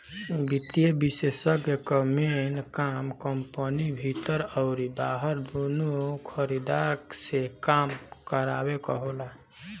वित्तीय विषेशज्ञ कअ मेन काम कंपनी भीतर अउरी बहरा दूनो खरीदार से काम करावे कअ होला